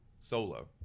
Solo